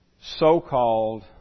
so-called